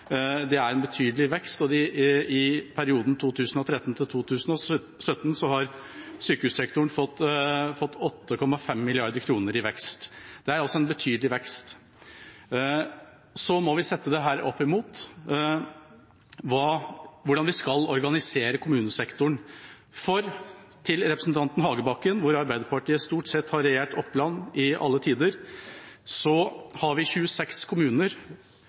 betydelig vekst, og i perioden 2013–2017 har sykehussektoren fått 8,5 mrd. kr i vekst. Det er altså en betydelig vekst. Så må vi sette dette opp mot hvordan vi skal organisere kommunesektoren. Til representanten Hagebakken: Arbeiderpartiet har stort sett regjert Oppland i alle tider. Vi har 26 kommuner.